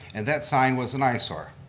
and that sign was an eyesore.